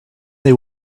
they